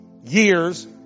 years